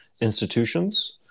institutions